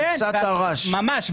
ממש,